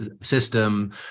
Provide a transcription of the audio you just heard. system